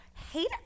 Hate